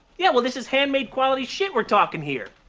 yeah. well, this is handmade quality shit we're talkin' here.